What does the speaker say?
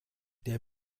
der